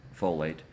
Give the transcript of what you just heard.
folate